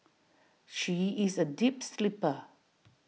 she is A deep sleeper